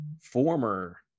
former